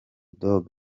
dogg